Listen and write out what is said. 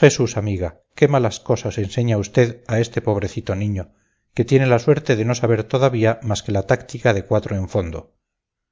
jesús amiga qué malas cosas enseña usted a este pobrecito niño que tiene la suerte de no saber todavía más que la táctica de cuatro en fondo